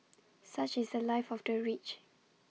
such is The Life of the rich